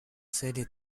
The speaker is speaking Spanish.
serie